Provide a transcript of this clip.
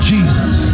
Jesus